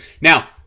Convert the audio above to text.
Now